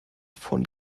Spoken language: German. von